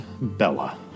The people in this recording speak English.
Bella